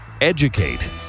Educate